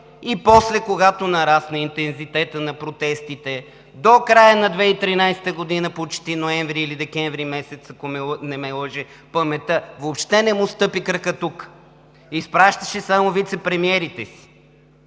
и после, когато нарасна интензитетът на протестите, до края на 2013 г. – почти ноември или декември месец, ако не ме лъже паметта, въобще не му стъпи кракът тук. Изпращаше само вицепремиерите,